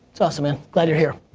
so awesome man, glad you're here.